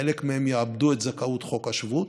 חלק מהם יאבדו את זכאות חוק השבות,